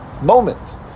moment